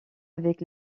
avec